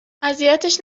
اذیتش